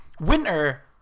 Winter